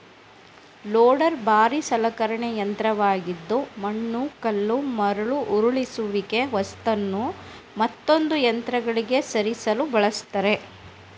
loader ಭಾರೀ ಸಲಕರಣೆ ಯಂತ್ರವಾಗಿದ್ದು ಮಣ್ಣು ಕಲ್ಲು ಮರಳು ಉರುಳಿಸುವಿಕೆ ವಸ್ತುನು ಮತ್ತೊಂದು ಯಂತ್ರಗಳಿಗೆ ಸರಿಸಲು ಬಳಸ್ತರೆ